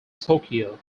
tokyo